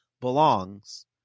belongs